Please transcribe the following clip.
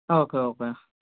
okay okay